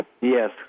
Yes